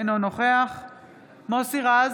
אינו נוכח מוסי רז,